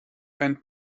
ein